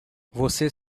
você